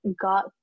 got